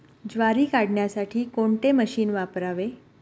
ज्वारी काढण्यासाठी कोणते मशीन वापरावे?